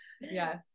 Yes